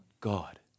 God